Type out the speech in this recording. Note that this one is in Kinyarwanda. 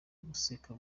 guseka